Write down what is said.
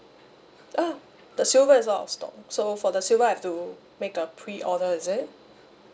ah the silver is out of stock so for the silver I've to make a pre-order is it